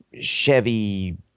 Chevy